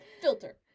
filter